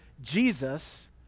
Jesus